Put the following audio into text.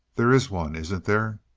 there is one, isn't there?